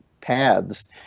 paths